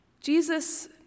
Jesus